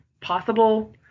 possible